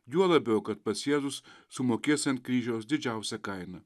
juo labiau kad pats jėzus sumokės ant kryžiaus didžiausią kainą